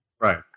Right